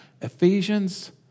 Ephesians